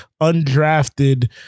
undrafted